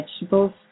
vegetables